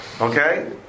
Okay